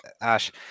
ash